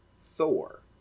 Thor